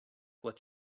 what